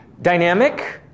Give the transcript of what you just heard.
Dynamic